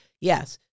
yes